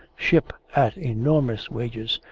ship at enormous wages,